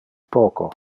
poco